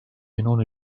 bin